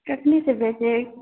कखनी से बेचै हइ